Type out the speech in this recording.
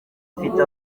afite